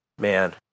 Man